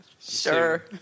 Sure